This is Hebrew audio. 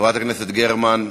חברת הכנסת גרמן,